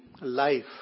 life